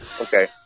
okay